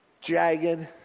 jagged